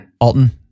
Alton